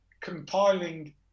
compiling